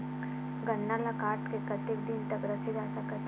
गन्ना ल काट के कतेक दिन तक रखे जा सकथे?